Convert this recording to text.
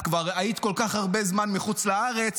את כבר היית כל כך הרבה זמן מחוץ לארץ,